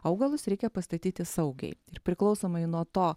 augalus reikia pastatyti saugiai ir priklausomai nuo to